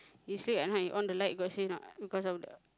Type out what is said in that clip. you sleep at night you on the light got say not because of the